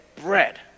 bread